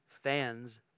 Fans